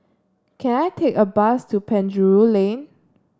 can I take a bus to Penjuru Lane